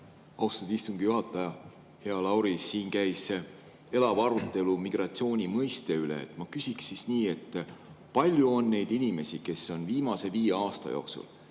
Austatud istungi juhataja! Hea Lauri! Siin käis elav arutelu migratsiooni mõiste üle. Ma küsiksin nii: kui palju on kokku neid inimesi, kes on viimase viie aasta jooksul